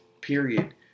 Period